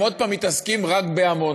הם עוד פעם מתעסקים רק בעמונה.